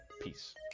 peace